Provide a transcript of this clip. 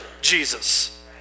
Jesus